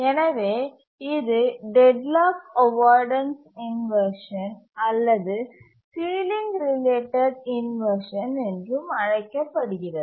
எனவே இது deadlock avoidance inversion அல்லது சீலிங் ரிலேட்டட் இன்வர்ஷன் என்றும் அழைக்கப்படுகிறது